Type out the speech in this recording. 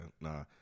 nah